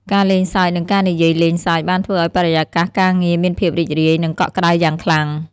ការលេងសើចនិងការនិយាយលេងសើចបានធ្វើឲ្យបរិយាកាសការងារមានភាពរីករាយនិងកក់ក្តៅយ៉ាងខ្លាំង។